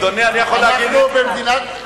אנחנו במדינת,